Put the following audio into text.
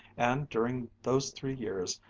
and during those three years,